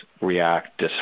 react